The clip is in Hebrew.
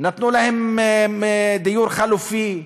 נתנו להם דיור חלופי,